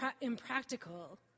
impractical